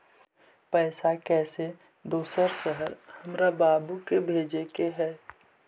पैसा कैसै दोसर शहर हमरा बाबू भेजे के है?